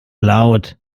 laut